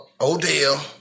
Odell